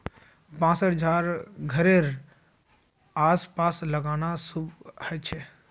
बांसशेर झाड़ घरेड आस पास लगाना शुभ ह छे